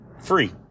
free